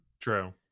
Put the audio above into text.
True